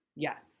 Yes